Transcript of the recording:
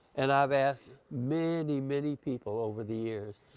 and i've asked many many people over the years,